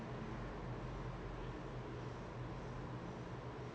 err he's in some